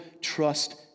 trust